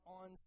on